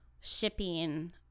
shipping